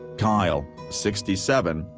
kyle, sixty seven,